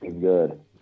good